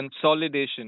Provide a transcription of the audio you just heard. consolidation